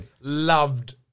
loved